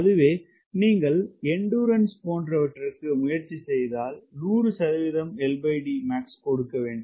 அதுவே நீங்கள் எண்டுரன்ஸ் போன்றவற்றிற்கு முயற்சி செய்தால் 100 LDmax கொடுக்க வேண்டும்